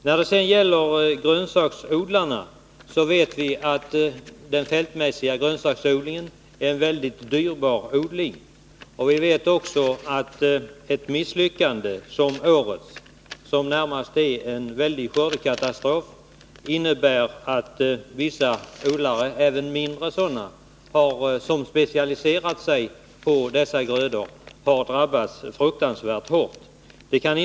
När det sedan gäller grönsaksodlarna vet vi att den fältmässiga grönsaksodlingen är en mycket dyrbar ödling. Vi vet också att ett misslyckande som årets, som närmast är en väldig skördekatastrof, innebär att vissa odlare — även mindre sådana — som har specialiserat sig på dessa grödor har drabbats fruktansvärt hårt.